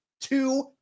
Two